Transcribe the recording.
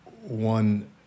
one